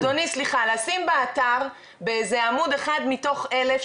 אדוני סליחה לשים באתר באיזה עמוד אחד מתוך 1,000,